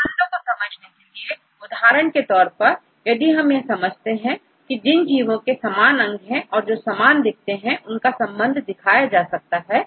संबंधों को समझने के लिए उदाहरण के तौर पर यदि हम यह समझे कि जिन जीवो के समान अंग है और जो सामान दिखते हैं उनका संबंध दिखाया जा सकता है